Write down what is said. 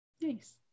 nice